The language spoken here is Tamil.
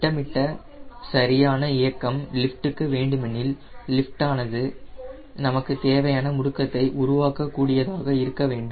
திட்டமிட்ட சரியான இயக்கம் லிஃப்ட் க்கு வேண்டுமெனில் லிஃப்ட் ஆனது நமக்கு தேவையான முடுக்கத்தை உருவாக்கக் கூடியதாக இருக்க வேண்டும்